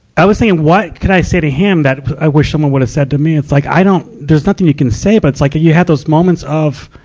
i was thinking, what could i say to him that i wish someone would have said to me? it's like, i don't, there's nothing you can say, but it's like, you had those moments of,